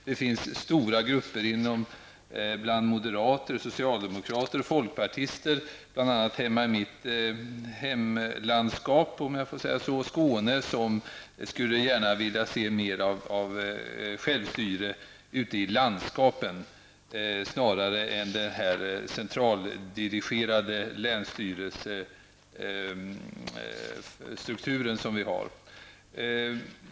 Det finns stora grupper bland moderater, socialdemokrater och folkpartister bl.a. i mitt hemlandskap Skåne som gärna skulle vilja se mera av självstyre i landskapen snarare än den centraldirigerade länsstyrelsestrukturen som nu finns.